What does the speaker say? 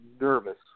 nervous